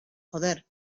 joder